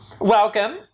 Welcome